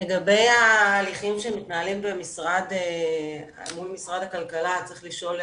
לגבי ההליכים שמתנהלים מול משרד הכלכלה צריך לשאול,